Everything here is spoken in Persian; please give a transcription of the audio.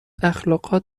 اخالقات